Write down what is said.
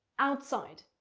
outside.